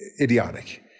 idiotic